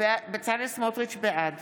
בעד